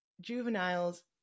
juveniles